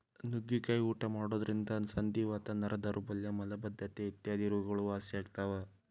ನುಗ್ಗಿಕಾಯಿ ಊಟ ಮಾಡೋದ್ರಿಂದ ಸಂಧಿವಾತ, ನರ ದೌರ್ಬಲ್ಯ ಮಲಬದ್ದತೆ ಇತ್ಯಾದಿ ರೋಗಗಳು ವಾಸಿಯಾಗ್ತಾವ